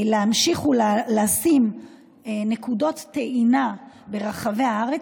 להמשיך ולשים נקודות טעינה ברחבי הארץ